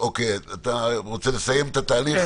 אתה רוצה לסיים את התהליך?